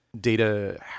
data